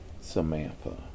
Samantha